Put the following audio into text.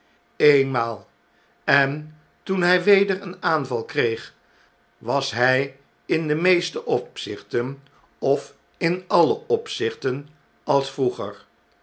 eenmaal s en toen hy weder een aanval kreeg was hy in de meeste opzichten of in alle opzichten als vroeger